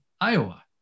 Iowa